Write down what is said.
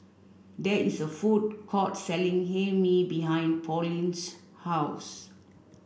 there is a food court selling Hae Mee behind Pauline's house